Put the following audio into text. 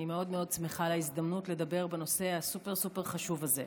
אני מאוד שמחה על ההזדמנות לדבר על הנושא הסופר-סופר-חשוב הזה.